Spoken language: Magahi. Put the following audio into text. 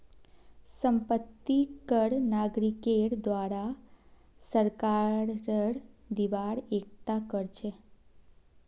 संपत्ति कर नागरिकेर द्वारे सरकारक दिबार एकता कर छिके